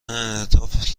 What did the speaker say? انعطاف